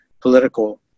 political